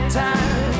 time